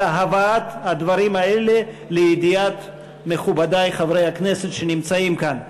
אלא בהבאת הדברים האלה לידיעת מכובדי חברי הכנסת שנמצאים כאן.